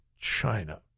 China